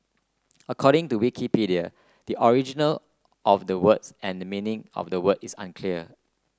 according to Wikipedia the original of the word and meaning of the word is unclear